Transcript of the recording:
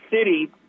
city